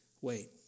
wait